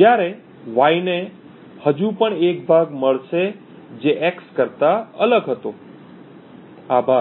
જ્યારે y ને હજુ પણ એક ભાગ મળશે જે x કરતા અલગ હતો આભાર